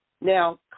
now